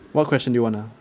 what question do you wanna